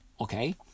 Okay